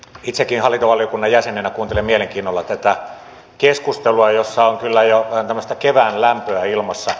itsekin hallintovaliokunnan jäsenenä kuuntelin mielenkiinnolla tätä keskustelua jossa on kyllä jo tämmöistä kevään lämpöä ilmassa